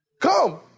Come